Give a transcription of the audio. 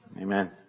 Amen